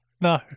No